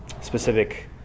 specific